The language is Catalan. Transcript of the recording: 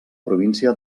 província